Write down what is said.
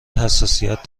حساسیت